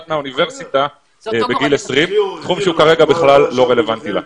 מהאוניברסיטה בגיל 20 וזה דבר שהוא בכלל לא רלוונטי לה.